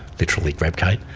literally grabbed kate,